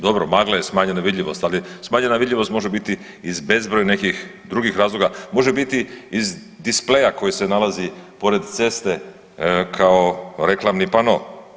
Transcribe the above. Dobro magla je smanjena vidljivost, ali smanjena vidljivost može biti iz bezbroj nekih drugih razloga, može biti iz displeja koji se nalazi pored ceste kao reklamni pano.